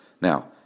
Now